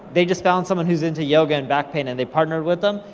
they just found someone who's into yoga and back pain, and they partnered with them,